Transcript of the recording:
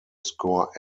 score